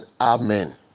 Amen